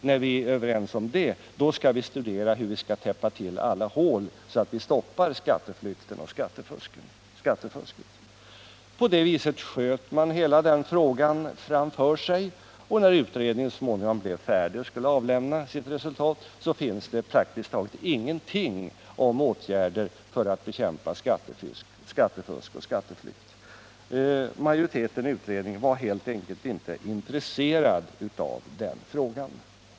När vi är överens om det, så skall vi studera hur alla de hål som möjliggör skatteflykt och skattefusk skall kunna täppas till. På det viset sköt man hela frågan framför sig. När utredningen så småningom blev färdig och överlämnade sitt resultat, så fanns i den praktiskt taget ingenting om åtgärder för att bekämpa skatteflykt och skattefusk. Majoriteten i utredningen var helt enkelt inte intresserad av den frågan.